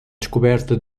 descoberta